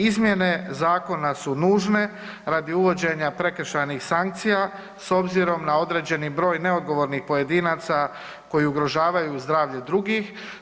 Izmjene zakona su nužne radi uvođenja prekršajnih sankcija s obzirom na određeni broj neodgovornih pojedinaca koji ugrožavaju zdravlje drugih.